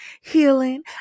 healing